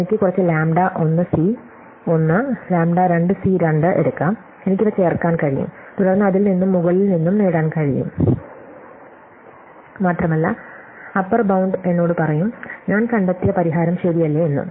എനിക്ക് കുറച്ച് lambda 1 C 1 lambda 2 C 2 എടുക്കാം എനിക്ക് ഇവ ചേർക്കാൻ കഴിയും തുടർന്ന് അതിൽ നിന്നും മുകളിൽ നിന്നും നേടാൻ കഴിയും മാത്രമല്ല അപ്പർ ബൌണ്ട് എന്നോട് പറയും ഞാൻ കണ്ടെത്തിയ പരിഹാരം ശരിയല്ലേ എന്ന്